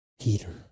Peter